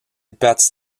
partit